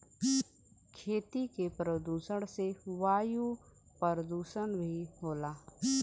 खेती के प्रदुषण से वायु परदुसन भी होला